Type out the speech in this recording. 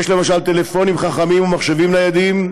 יש, למשל, טלפונים חכמים ומחשבים ניידים,